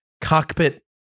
cockpit